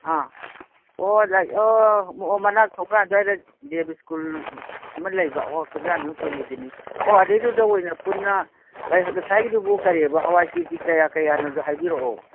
ꯑꯥ ꯑꯣ ꯑꯣ ꯃꯅꯥꯛ ꯊꯣꯡꯒꯥꯟ ꯑꯗꯨꯋꯥꯏꯗ ꯗꯦꯕ ꯁ꯭ꯀꯨꯜ ꯑꯃ ꯂꯩꯕ ꯍꯣꯏ ꯈꯨꯟꯖꯥꯃꯌꯨꯝ ꯀꯨꯃꯨꯗꯤꯅꯤ ꯑꯣ ꯑꯗꯩꯗꯨꯗ ꯑꯣꯏꯅ ꯄꯨꯟꯅ ꯀꯔꯤ ꯉꯁꯥꯏꯒꯤꯗꯨꯕꯨ ꯀꯔꯤꯑꯕ ꯍꯋꯥꯏ ꯀꯦ ꯖꯤ ꯀꯌꯥ ꯀꯌꯥꯅꯣꯗꯣ ꯍꯥꯏꯕꯤꯔꯛꯑꯣ